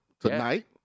tonight